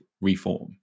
reform